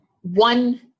one